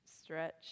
Stretch